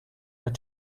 but